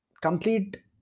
complete